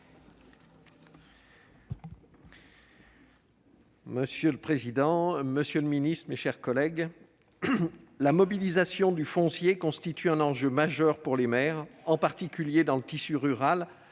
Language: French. Monsieur le président, monsieur le secrétaire d'État, mes chers collègues, la mobilisation du foncier constitue un enjeu majeur pour les maires, en particulier dans le tissu rural,